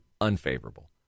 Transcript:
unfavorable